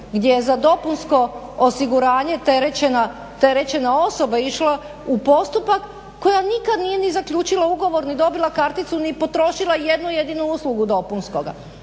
gdje je za dopunsko osiguranje terećena, terećena osoba išla u postupak koja nika nije ni zaključila ugovor, ni dobila karticu, ni potrošila jednu jedinu uslugu dopunskoga,